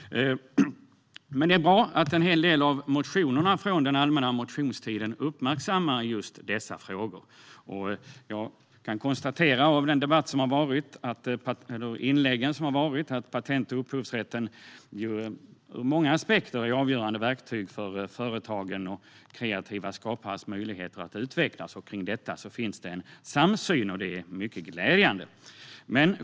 Det är bra att en hel del av motionerna från den allmänna motionstiden uppmärksammar just dessa frågor. Av de inlägg som har varit kan jag konstatera att patent och upphovsrätten ur många aspekter är avgörande verktyg för företagen och kreativa skapares möjligheter att utvecklas. Om detta finns det en samsyn, och det är mycket glädjande.